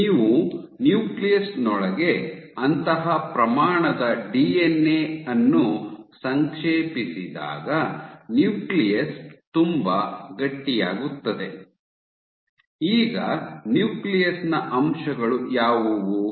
ನೀವು ನ್ಯೂಕ್ಲಿಯಸ್ ನೊಳಗೆ ಅಂತಹ ಪ್ರಮಾಣದ ಡಿಎನ್ಎ ಅನ್ನು ಸಂಕ್ಷೇಪಿಸಿದಾಗ ನ್ಯೂಕ್ಲಿಯಸ್ ತುಂಬಾ ಗಟ್ಟಿಯಾಗುತ್ತದೆ ಈಗ ನ್ಯೂಕ್ಲಿಯಸ್ ನ ಅಂಶಗಳು ಯಾವುವು